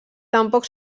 tampoc